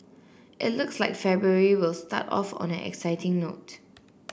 it looks like February will start off on an exciting note